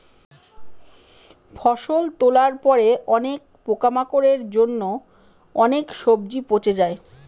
ফসল তোলার পরে অনেক পোকামাকড়ের জন্য অনেক সবজি পচে যায়